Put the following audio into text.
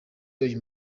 uyu